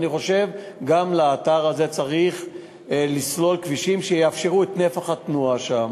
ואני חושב שגם לאתר הזה צריך לסלול כבישים שיאפשרו את נפח התנועה שם.